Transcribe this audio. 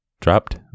dropped